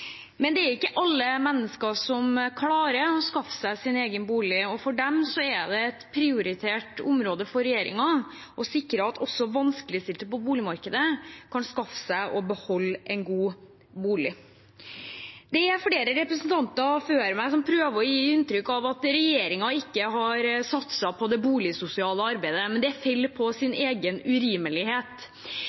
Men det er ikke alle mennesker som klarer å skaffe seg sin egen bolig, og for dem er det et prioritert område for regjeringen å sikre at også vanskeligstilte på boligmarkedet kan skaffe seg og beholde en god bolig. Flere representanter før meg prøver å gi inntrykk av at regjeringen ikke har satset på det boligsosiale arbeidet, men det faller på sin egen urimelighet.